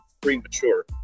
premature